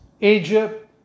Egypt